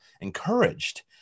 encouraged